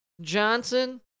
Johnson